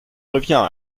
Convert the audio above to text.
revient